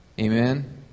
Amen